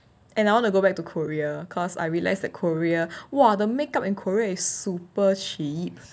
and I want to go back to korea cause I realised that korea !wah! the makeup in korea is super cheap